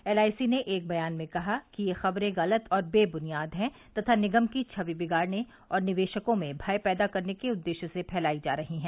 LIC ने एक बयान में कहा कि ये खबरें गलत और बेबुनियाद हैं तथा निगम की छवि बिगाड़ने और निवेशकों में भय पैदा करने के उद्देश्य से फैलायी जा रही हैं